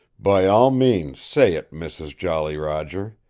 by all means say it, mrs. jolly roger.